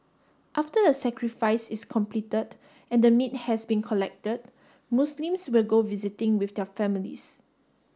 after the sacrifice is completed and the meat has been collected Muslims will go visiting with their families